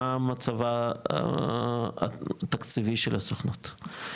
מה מצבה התקציבי של הסוכנות.